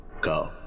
go